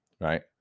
right